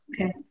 Okay